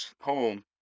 home